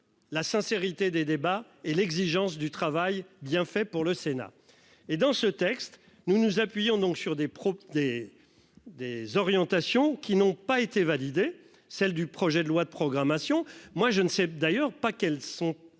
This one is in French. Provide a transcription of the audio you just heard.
La sincérité des débats et l'exigence du travail bien fait pour le Sénat, et dans ce texte nous nous appuyons donc sur des des des orientations qui n'ont pas été validé. Celle du projet de loi de programmation. Moi je ne sais d'ailleurs pas qu'elles sont